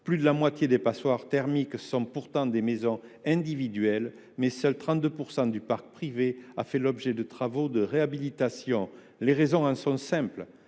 Plus de la moitié des passoires thermiques sont pourtant des maisons individuelles, mais seulement 32 % du parc privé ont fait l’objet de travaux de réhabilitation. La raison de cette